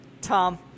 Tom